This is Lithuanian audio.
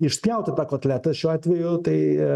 išspjauti tą kotletą šiuo atveju tai